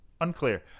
Unclear